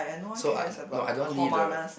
so I no I don't want leave the